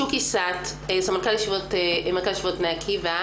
שוקי סט, סמנכ"ל מרכז ישיבות בני עקיבא.